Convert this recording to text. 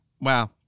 wow